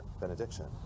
benediction